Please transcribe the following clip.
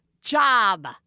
job